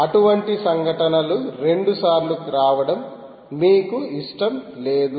అటువంటి సంఘటనలు రెండు సార్లు రావడం మీకు ఇష్టం లేదు